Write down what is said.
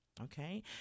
Okay